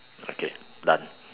okay done